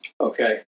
Okay